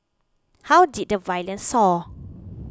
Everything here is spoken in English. how did the violence soar